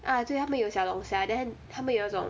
uh 对他们有小龙虾 then 他们有那种